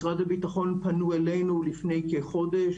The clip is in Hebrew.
משרד הביטחון פנו אלינו לפני כחודש,